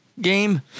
game